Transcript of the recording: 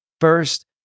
First